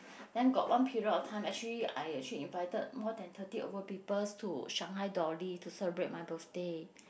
then got one period of time actually I actually invited more than thirty over peoples to Shanghai Dolly to celebrate my birthday